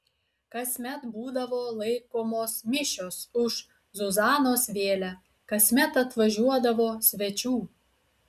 kasmet būdavo laikomos mišios už zuzanos vėlę kasmet atvažiuodavo svečių